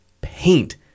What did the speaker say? paint